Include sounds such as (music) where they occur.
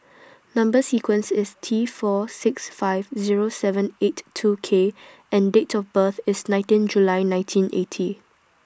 (noise) Number sequence IS T four six five Zero seven eight two K and Date of birth IS nineteen July nineteen eighty